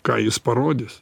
ką jis parodys